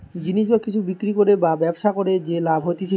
জিনিস বা কিছু বিক্রি করে বা ব্যবসা করে যে লাভ হতিছে